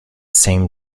same